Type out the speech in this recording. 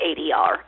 ADR